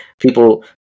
people